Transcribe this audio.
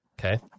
Okay